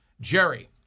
Jerry